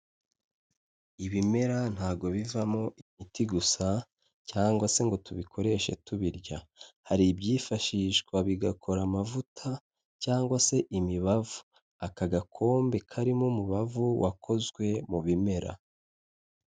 Ibimera ntago bivamo imiti gusa cyangwa se ngo tubikoreshe tubirya, hari ibyifashishwa bigakora amavuta cyangwa se imibavu, aka gakombe karimo umubavu wakozwe mu bimera.